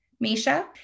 Misha